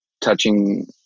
touching